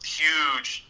huge